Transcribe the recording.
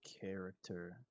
character